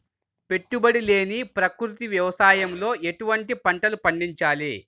పెట్టుబడి లేని ప్రకృతి వ్యవసాయంలో ఎటువంటి పంటలు పండించాలి?